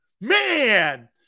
Man